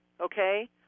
okay